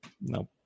nope